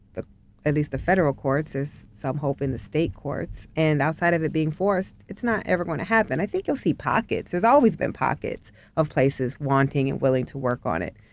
but at least, the federal courts, there's some hope in the state courts. and outside of it being forced, it's not ever gonna happen. i think you'll see pockets, there's always been pockets of places wanting and willing to work on it.